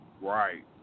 right